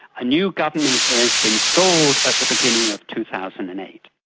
a new government is installed at the beginning of two thousand and eight.